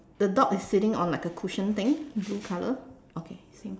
the dog is sitting on like a cushion thing blue colour okay same